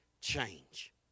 change